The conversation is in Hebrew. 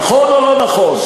נכון או לא נכון?